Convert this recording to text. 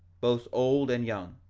both old and young,